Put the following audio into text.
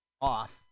off